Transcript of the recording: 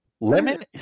lemon